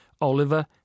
Oliver